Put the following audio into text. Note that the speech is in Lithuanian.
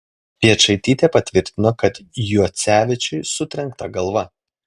piečaitytė patvirtino kad juocevičiui sutrenkta galva